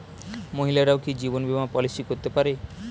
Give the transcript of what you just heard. মহিলারাও কি জীবন বীমা পলিসি করতে পারে?